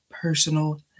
personal